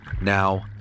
Now